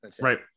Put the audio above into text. Right